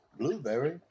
Blueberry